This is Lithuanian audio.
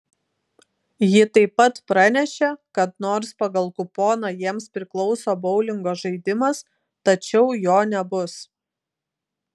ji taip pat pranešė kad nors pagal kuponą jiems priklauso boulingo žaidimas tačiau jo nebus